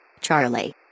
Charlie